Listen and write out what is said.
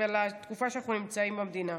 ולתקופה שאנחנו נמצאים במדינה.